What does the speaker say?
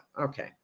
Okay